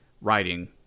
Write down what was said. writing